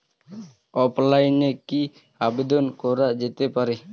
অফলাইনে কি আবেদন করা যেতে পারে?